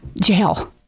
Jail